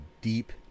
deep